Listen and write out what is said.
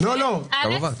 כמובן.